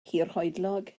hirhoedlog